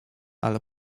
ale